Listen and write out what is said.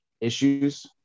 issues